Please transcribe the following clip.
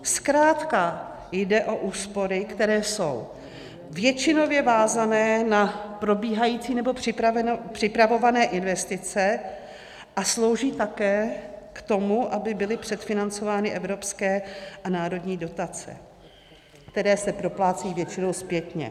Zkrátka jde o úspory, které jsou většinově vázané na probíhající nebo připravované investice a slouží také k tomu, aby byly předfinancovány evropské a národní dotace, které se proplácejí většinou zpětně.